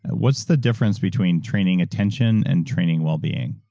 what's the difference between training attention and training wellbeing?